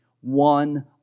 one